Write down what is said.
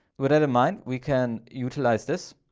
with that in mind, we can utilize this.